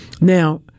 now